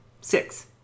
Six